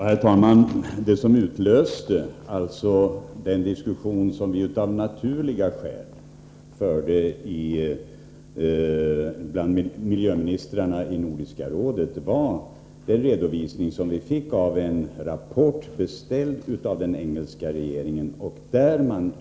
Herr talman! Det som utlöste den diskussion som vi av naturliga skäl förde bland miljöministrarna i Nordiska rådet var den redovisning som vi fick genom en rapport beställd av den engelska regeringen.